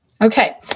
Okay